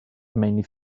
mainly